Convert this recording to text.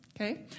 Okay